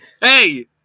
Hey